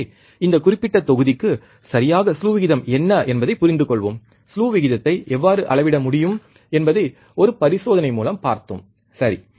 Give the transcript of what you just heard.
எனவே இந்தக் குறிப்பிட்ட தொகுதிக்கு சரியாகக் ஸ்லூ விகிதம் என்ன என்பதைப் புரிந்துகொள்வோம் ஸ்லூ வீதத்தை எவ்வாறு அளவிட முடியும் என்பதை ஒரு பரிசோதனை மூலம் பார்த்தோம் சரி